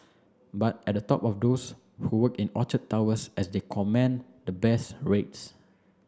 but at the top are those who work in Orchard Towers as they comment the best rates